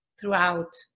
throughout